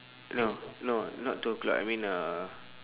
no no not two o'clock I mean uh